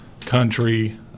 country